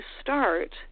start